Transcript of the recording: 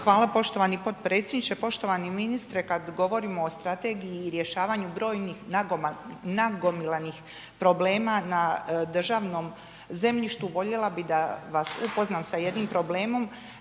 Hvala poštovani potpredsjedniče. Poštovani ministre, kad govorimo o strategiji i rješavanju brojnih nagomilanih problema na državnom zemljištu, voljela bi da vas upoznam sa jednim problemom,